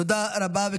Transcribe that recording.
תודה רבה.